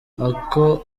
uko